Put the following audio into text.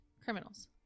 criminals